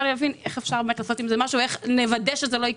איך אפשר לעשות עם זה משהו ואיך נוודא שזה לא יקרה?